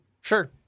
sure